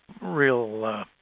real